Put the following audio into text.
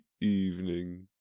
evening